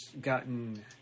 gotten